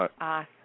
awesome